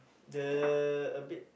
the a bit